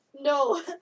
No